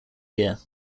year